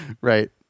right